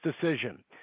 decision